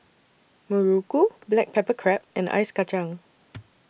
Muruku Black Pepper Crab and Ice Kachang